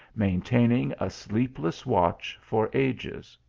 maintaining a sleepless watch for ages.